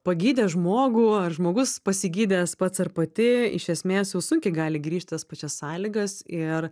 pagydė žmogų ar žmogus pasigydęs pats ar pati iš esmės jau sunkiai gali grįžt į tas pačias sąlygas ir